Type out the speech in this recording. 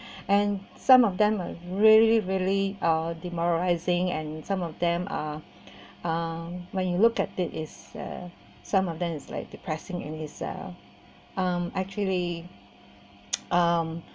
and some of them are um when you look at it is uh some of them is like depressing in his so I'm actually um